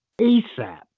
ASAP